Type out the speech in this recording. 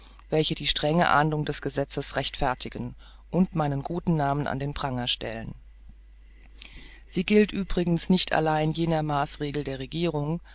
welche die strenge ahndung des gesetzes rechtfertigen und meinen guten namen an den pranger stellen sie gilt übrigens nicht allein jener maßregel der regierung